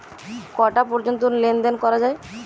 কটা পর্যন্ত লেন দেন করা য়ায়?